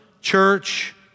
church